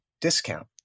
discount